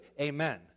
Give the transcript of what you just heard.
amen